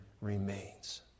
remains